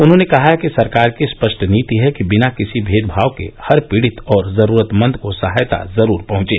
उन्होंने कहा है कि सरकार की स्पष्ट नीति है कि बिना किसी भेदभाव के हर पीड़ित और जरूरतमंद को सहायता जरूर पहुंचे